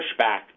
pushback